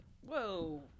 whoa